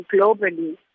globally